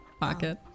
pocket